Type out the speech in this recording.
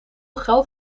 geld